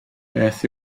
beth